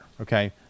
Okay